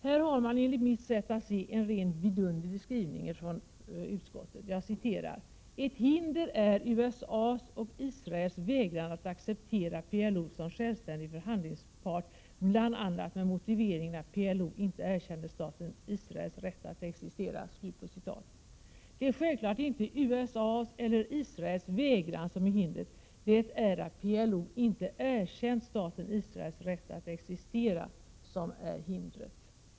Här har man, enligt mitt sätt att se, en rent vidunderlig skrivning från utskottet: ”Ett hinder är USA:s och Israels vägran att acceptera PLO som självständig förhandlingspart, bl.a. med motiveringen att PLO inte erkänt staten Israels rätt att existera.” Det är självklart inte USA:s eller Israels vägran som är hindret, det är att PLO inte erkänt staten Israels rätt att existera som är hindret.